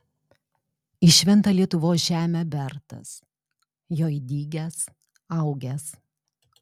į šventą lietuvos žemę bertas joj dygęs augęs